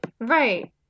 right